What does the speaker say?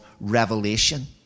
Revelation